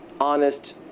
honest